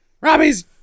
Robbie's